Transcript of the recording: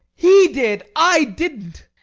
he did! i didn't!